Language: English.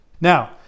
Now